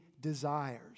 desires